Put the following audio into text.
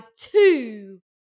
two